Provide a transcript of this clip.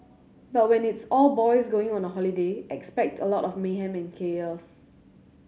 but when it's all boys going on holiday expect a lot of mayhem and chaos